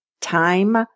Time